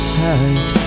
tight